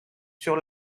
sur